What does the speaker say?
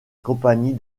compagnie